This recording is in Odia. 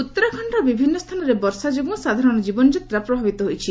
ରେନ୍ ଉତ୍ତରାଖଣ୍ଡର ବିଭିନ୍ନ ସ୍ଥାନରେ ବର୍ଷା ଯୋଗୁଁ ସାଧାରଣ ଜୀବନଯାତ୍ରା ପ୍ରଭାବିତ ହୋଇଛି